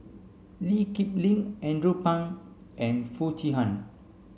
Lee Kip Lin Andrew Phang and Foo Chee Han